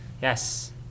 Yes